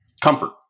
comfort